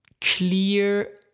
clear